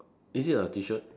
is it a T shirt